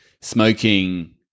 smoking